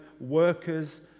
workers